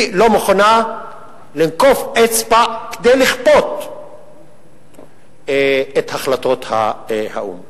היא לא מוכנה לנקוף אצבע כדי לכפות את החלטות האו"ם.